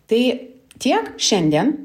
tai tiek šiandien